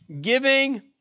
Giving